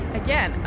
again